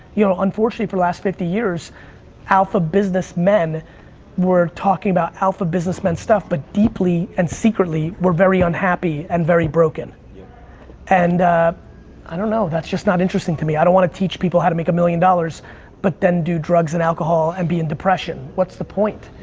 you know unfortunately for the last fifty years alpha business men were talking about alpha business men stuff, but deeply and secretly were very unhappy and very broken. and i don't know, that's just not interesting to me. i don't wanna teach people how to make a million dollars but then do drugs and alcohol and be in depression. what's the point?